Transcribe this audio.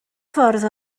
ffordd